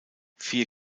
vier